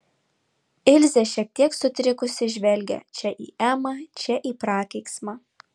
ilzė šiek tiek sutrikusi žvelgė čia į emą čia į prakeiksmą